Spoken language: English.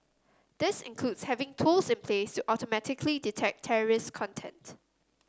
this includes having tools in place to automatically detect terrorist content